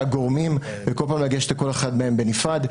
גורמים וכל פעם לגשת לכל אחד מהם בנפרד,